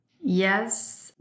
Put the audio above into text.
Yes